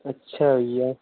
अच्छा भैया